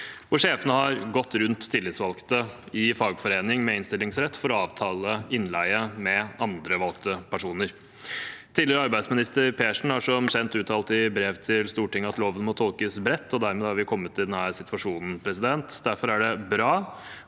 sjefene har gått rundt tillitsvalgte i fagforening med innstillingsrett for å avtale innleie med andre valgte personer. Tidligere arbeidsminister Persen har som kjent uttalt i brev til Stortinget at loven må tolkes bredt, og dermed har vi kommet i denne situasjonen. Derfor er det bra